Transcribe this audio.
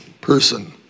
person